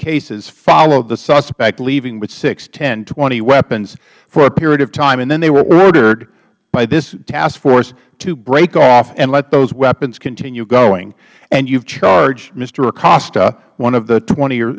cases followed the suspect leaving with six ten twenty weapons for a period of time and then they were ordered by this task force to break off and let those weapons continue going and you have charged mr hacosta one of the